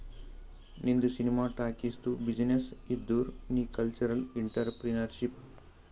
ನಿಂದು ಸಿನಿಮಾ ಟಾಕೀಸ್ದು ಬಿಸಿನ್ನೆಸ್ ಇದ್ದುರ್ ನೀ ಕಲ್ಚರಲ್ ಇಂಟ್ರಪ್ರಿನರ್ಶಿಪ್